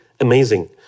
amazing